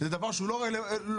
זה דבר לא ראוי.